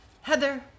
Heather